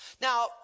Now